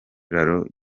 kiraro